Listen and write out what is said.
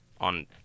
on